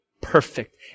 perfect